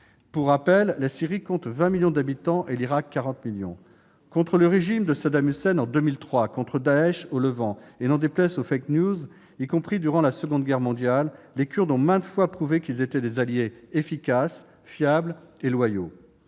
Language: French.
Pour rappel, la Syrie compte 20 millions d'habitants et l'Irak 40 millions. Contre le régime de Saddam Hussein en 2003, contre Daech au Levant et, n'en déplaise aux propagateurs de, y compris durant la Seconde Guerre mondiale, les Kurdes ont maintes fois prouvé qu'ils étaient des alliés efficaces, fiables et loyaux.